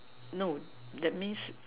no that means